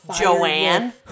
Joanne